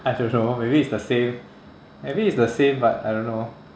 I don't know maybe it's the same maybe it's the same but I don't know